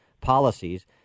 policies